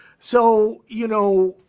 so, you know,